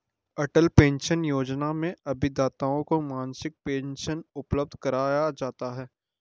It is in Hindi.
अटल पेंशन योजना में अभिदाताओं को मासिक पेंशन उपलब्ध कराया जाता है